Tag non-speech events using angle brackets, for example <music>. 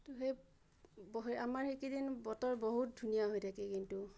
সেই <unintelligible> আমাৰ সেইকিদিন বতৰ বহুত ধুনীয়া হৈ থাকে কিন্তু